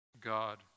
God